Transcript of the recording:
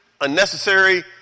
unnecessary